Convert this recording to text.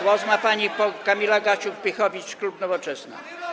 Głos ma pani Kamila Gasiuk-Pihowicz, klub Nowoczesna.